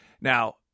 Now